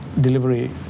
delivery